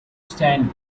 stand